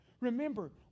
Remember